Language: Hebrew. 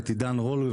את עידן רול,